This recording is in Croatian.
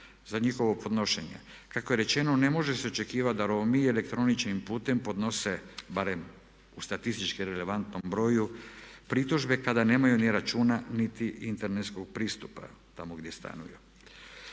za njihovo podnošenje. Kako je rečeno, ne može se očekivati da Romi elektroničkim putem podnose barem u statistički relevantnom broju pritužbe kada nemaju ni računa niti internetskog pristupa tamo gdje stanuju.